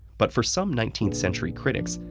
but for some nineteenth century critics,